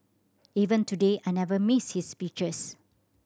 even today I never miss his speeches